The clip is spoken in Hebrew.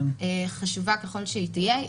חשובה ככל שהיא תהיה,